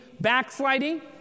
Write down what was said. backsliding